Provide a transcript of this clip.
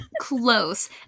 Close